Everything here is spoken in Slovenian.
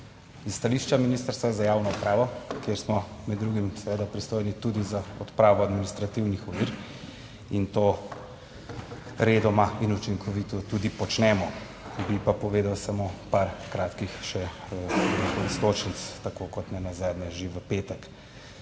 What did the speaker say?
iz stališča Ministrstva za javno upravo, kjer smo med drugim seveda pristojni tudi za odpravo administrativnih ovir in to redoma in učinkovito tudi počnemo, bi pa povedal samo par kratkih še, bi rekel, iztočnic, tako kot nenazadnje že v petek.